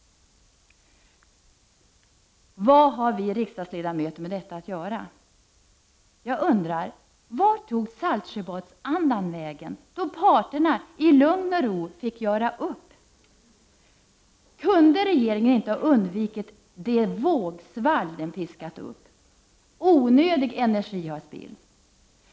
Vad har vi riksdagsledamöter med detta att göra? Jag undrar: Vart tog Saltsjöbadsandan vägen, då parterna i lugn och ro fick göra upp? Kunde regeringen inte ha undvikit det vågsvall som den har piskat upp? Onödig energi har spillts.